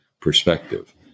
perspective